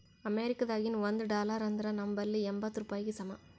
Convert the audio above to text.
ಅಮೇರಿಕಾದಾಗಿನ ಒಂದ್ ಡಾಲರ್ ಅಂದುರ್ ನಂಬಲ್ಲಿ ಎಂಬತ್ತ್ ರೂಪಾಯಿಗಿ ಸಮ